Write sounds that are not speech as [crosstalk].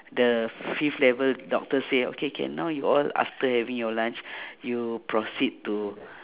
the fifth level doctor say okay can now you all after having your lunch [breath] you proceed to